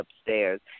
upstairs